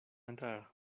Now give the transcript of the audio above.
entrar